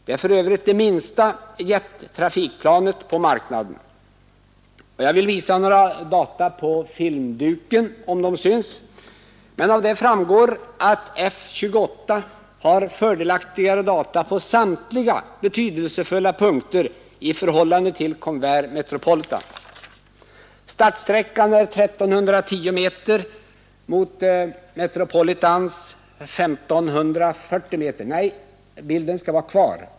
Det är för övrigt det minsta jettrafikplanet på marknaden. Jag vill visa några data på TV-skärmen, av vilka framgår att Fokker F-28 har fördelaktigare data på samtliga betydelsefulla punkter i förhållande till Convair Metropolitan. Startsträckan är 1 310 meter mot Convair Metropolitans 1 540 meter.